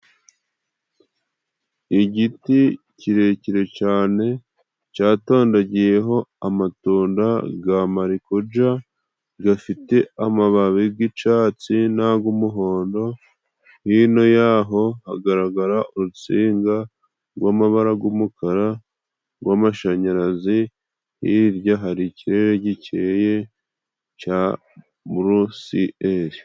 Igiti kirekire cane catondagiyeho amatunda ga marikuja, gafite amababi g'icatsi n'ag'umuhondo. Hino yaho hagaragara urustinga rw'amabara g'umukara gw'amashanyarazi, hirya hari ikirere gikeye ca morosi eri.